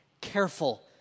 Careful